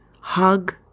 hug